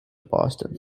boston